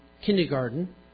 Kindergarten